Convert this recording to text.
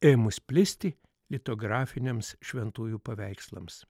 ėmus plisti litografiniams šventųjų paveikslams